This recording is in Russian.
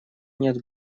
нет